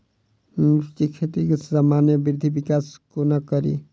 मिर्चा खेती केँ सामान्य वृद्धि विकास कोना करि?